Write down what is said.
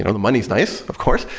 and the money is nice of course,